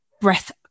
Breath